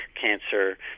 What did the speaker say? cancer